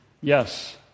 yes